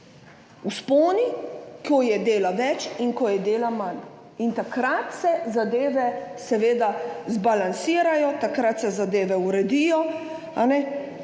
vzponi, ko je dela več, in [padci], ko je dela manj in takrat se zadeve seveda zbalansirajo, takrat se zadeve uredijo,